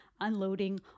unloading